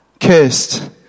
cursed